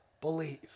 believe